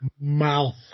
Mouth